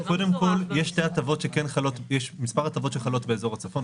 יש מספר הטבות שחלות באזור הצפון,